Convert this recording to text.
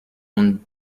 und